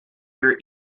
your